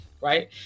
right